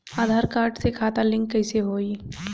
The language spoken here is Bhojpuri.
आधार कार्ड से खाता लिंक कईसे होई?